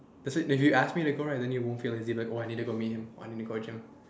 it is maybe you ask me to go right then you won't feel lazy like oh I need to meet him I need to go gym